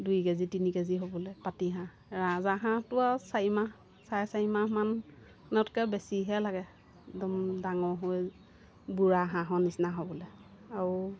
দুই K G তিনি K G হ'বলৈ পাতিহাঁহ ৰাজাহাঁহটো আৰু চাৰিমাহ চাৰে চাৰি মাহমানতকৈ বেছিহে লাগে একদম ডাঙৰ হৈ বুঢ়া হাঁহৰ নিচিনা হ'বলৈ আৰু